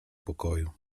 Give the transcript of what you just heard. pokoju